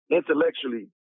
intellectually